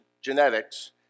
genetics